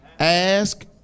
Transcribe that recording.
Ask